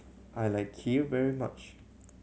I like Kheer very much